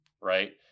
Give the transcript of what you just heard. Right